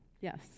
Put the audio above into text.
Yes